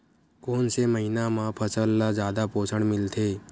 कोन से महीना म फसल ल जादा पोषण मिलथे?